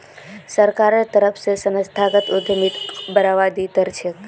सरकारेर तरफ स संस्थागत उद्यमिताक बढ़ावा दी त रह छेक